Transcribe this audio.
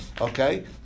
Okay